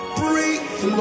breathe